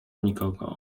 nikogo